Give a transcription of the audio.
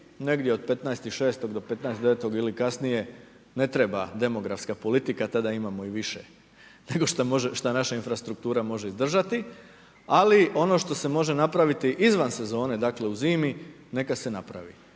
negdje od 15.6. do 15.9. ili kasnije ne treba demografska politika, tada imamo i više nego šta naša infrastruktura može izdržati. Ali ono što se može napraviti izvan sezone, dakle u zimi neka se napravi.